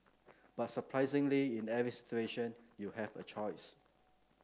but surprisingly in every situation you have a choice